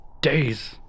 days